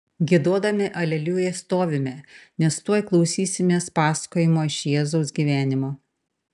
giedodami aleliuja stovime nes tuoj klausysimės pasakojimo iš jėzaus gyvenimo